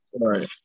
Right